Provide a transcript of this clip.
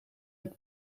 het